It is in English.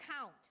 count